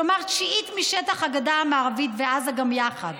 כלומר תשיעית משטח הגדה המערבית ועזה גם יחד.